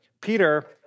Peter